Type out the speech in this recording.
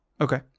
Okay